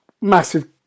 massive